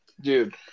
dude –